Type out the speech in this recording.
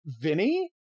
Vinny